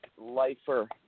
lifer